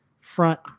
front